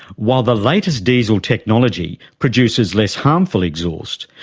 while the latest diesel technology produces less harmful exhaust,